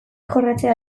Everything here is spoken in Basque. jorratzea